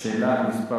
שאלה מס'